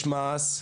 יש מעש,